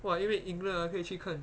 !wah! 因为 england ah 可以去看